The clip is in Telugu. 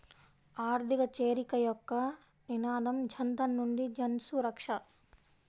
ఆర్థిక చేరిక యొక్క నినాదం జనధన్ నుండి జన్సురక్ష